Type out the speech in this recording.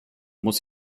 muss